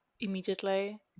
immediately